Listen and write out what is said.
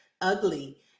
ugly